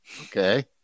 Okay